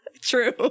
True